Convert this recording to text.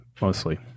mostly